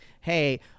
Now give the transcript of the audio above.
hey